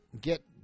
get